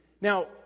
Now